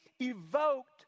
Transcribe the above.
evoked